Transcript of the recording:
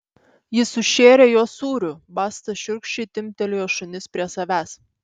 jis užšėrė juos sūriu basta šiurkščiai timptelėjo šunis prie savęs